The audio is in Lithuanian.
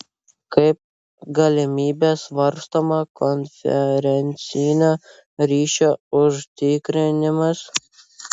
kaip galimybė svarstoma konferencinio ryšio užtikrinimas